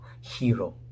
hero